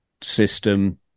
system